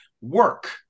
work